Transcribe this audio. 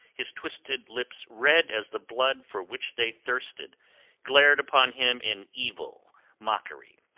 his twisted lips red as the blood for which they thirsted glared upon him in evil mockery.